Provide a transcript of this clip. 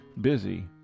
busy